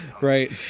Right